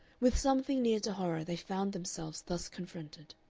with something near to horror they found themselves thus confronted.